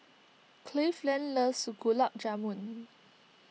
Cleveland loves Gulab Jamun